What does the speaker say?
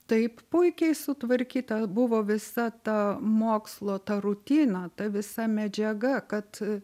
taip puikiai sutvarkyta buvo visa ta mokslo ta rutina ta visa medžiaga kad